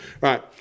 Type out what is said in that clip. Right